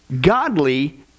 godly